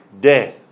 death